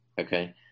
okay